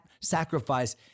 sacrifice